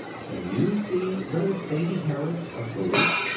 can you see little sadie harris, of duluth,